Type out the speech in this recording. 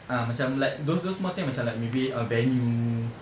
ah macam like those those small things macam like maybe uh venue